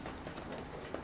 no no no no no